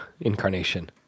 Incarnation